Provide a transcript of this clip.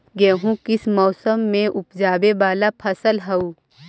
गेहूं किस मौसम में ऊपजावे वाला फसल हउ?